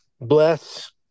Bless